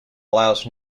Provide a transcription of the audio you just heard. allows